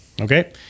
Okay